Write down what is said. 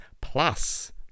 Plus